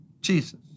Jesus